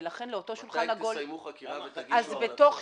ולכן לאותו שולחן עגול --- אז מתי תסיימו חקירה ותגישו המלצות?